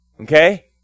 Okay